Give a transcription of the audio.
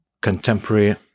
contemporary